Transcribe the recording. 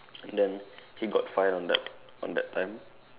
then he got fined on that on that time